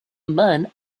man